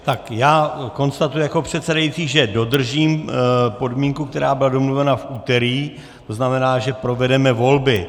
Tak já konstatuji jako předsedající, že dodržím podmínku, která byla domluvena v úterý, tzn. že provedeme volby.